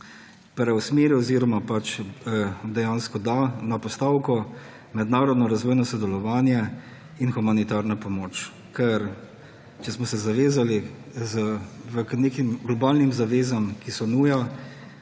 preusmeri oziroma pač dejansko da na postavko Mednarodno razvojno sodelovanje in humanitarna pomoč. Ker če smo se zavezali k nekim globalnim zavezam, ki so nuja